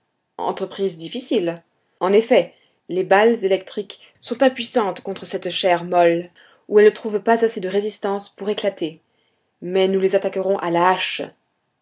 entreprise difficile en effet les balles électriques sont impuissantes contre ces chairs molles où elles ne trouvent pas assez de résistance pour éclater mais nous les attaquerons à la hache